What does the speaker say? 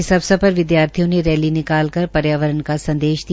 इस अवसर पर विदयार्थियों ने रैली निकाल कर पर्यावरण का संदेश दिया